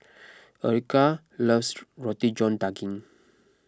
Erykah loves Roti John Daging